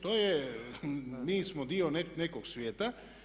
To je, mi smo dio nekog svijeta.